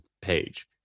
page